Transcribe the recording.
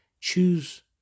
Choose